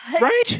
Right